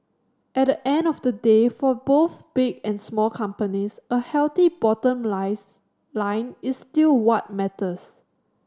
at the end of the day for both big and small companies a healthy bottom lines line is still what matters